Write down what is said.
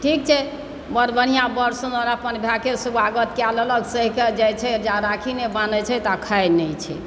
ठीक छै बड़ बढ़िआँ बड़ सुन्नर अपन भायके स्वागत कए लेलक सहि कऽ जाइत छै जा राखी नहि बान्हैत छै ता खाइत नहि छै